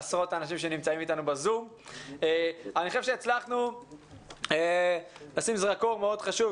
אני חושב שהצלחנו לשים זרקור מאוד חשוב.